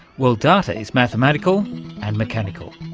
well, data is mathematical and mechanical.